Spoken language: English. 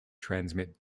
transmits